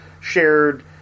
shared